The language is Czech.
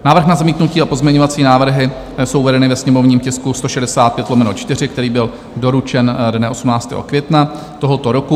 Návrh na zamítnutí a pozměňovací návrhy jsou uvedeny ve sněmovním tisku 165/4, který byl doručen dne 18. května tohoto roku.